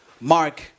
mark